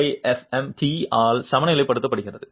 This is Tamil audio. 85fm t ஆல் சமநிலைப்படுத்தப்படுகிறது